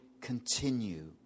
continue